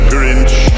Grinch